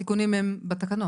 התיקונים הם בתקנות,